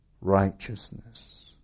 Righteousness